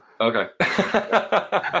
Okay